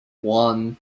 one